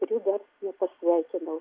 kurių dar nepasveikinau